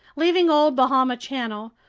leaving old bahama channel,